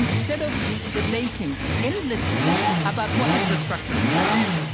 instead of debating endlessly about what is the structure of the state,